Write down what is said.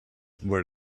where